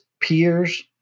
peers